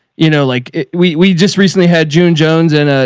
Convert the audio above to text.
you know, like we, we just recently had june jones and, ah